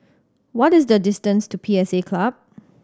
what is the distance to P S A Club